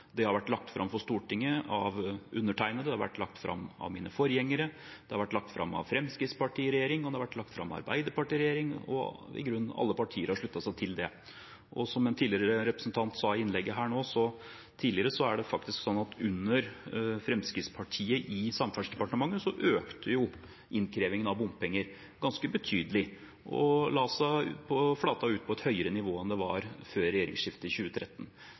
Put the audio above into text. det har vært lagt fram av mine forgjengere. Det har vært lagt fram av Fremskrittspartiet i regjering, og det har vært lagt fram av Arbeiderpartiet i regjering, og i grunnen har alle partier sluttet seg til det. Og som en representant sa i et tidligere innlegg, er det faktisk sånn at under Fremskrittspartiet i Samferdselsdepartementet økte innkrevingen av bompenger ganske betydelig og flatet ut på et høyere nivå enn det var før regjeringsskiftet i 2013.